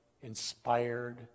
inspired